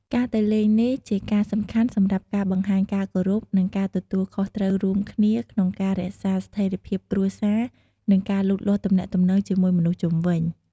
ការទៅលេងនេះជាការសំខាន់សម្រាប់ការបង្ហាញការគោរព និងការទទួលខុសត្រូវរួមគ្នា ក្នុងការរក្សាស្ថេរភាពគ្រួសារ និងការលូតលាស់ទំនាក់ ទំនងជាមួយមនុស្សជុំវិញ។